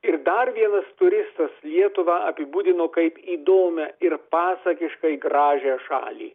ir dar vienas turistas lietuvą apibūdino kaip įdomią ir pasakiškai gražią šalį